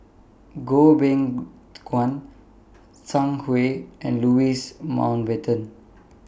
Goh Beng Kwan Zhang Hui and Louis Mountbatten